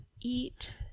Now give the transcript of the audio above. eat